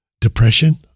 depression